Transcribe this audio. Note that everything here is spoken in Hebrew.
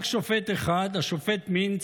רק שופט אחד, השופט מינץ,